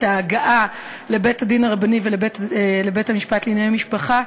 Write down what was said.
את ההגעה לבית-הדין הרבני ולבית המשפט לענייני משפחה,